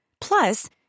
Plus